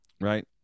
Right